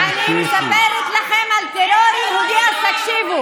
לא, אבל אני שואל אותה שאלה לא לגיטימית?